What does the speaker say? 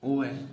ओह् ऐ